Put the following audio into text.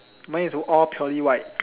mine is all purely white